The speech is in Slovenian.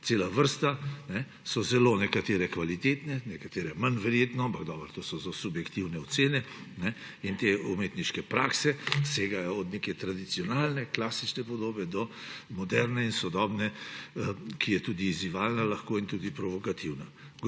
cela vrsta. So nekatere zelo kvalitetne, nekatere manj verjetno, ampak dobro, to so subjektivne ocene, in te umetniške prakse segajo od neke tradicionalne, klasične podobe do moderne in sodobne, ki je tudi izzivalna lahko in tudi provokativna.